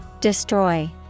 Destroy